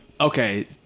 okay